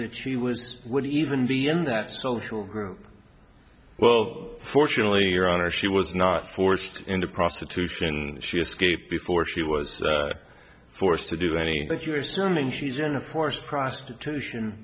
that she was would even be in that social group well fortunately your honor she was not forced into prostitution she escaped before she was forced to do any but you're assuming she's in a forced prostitution